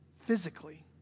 physically